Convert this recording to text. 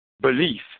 belief